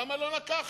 למה לא לקחת?